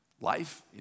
Life